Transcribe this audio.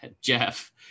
Jeff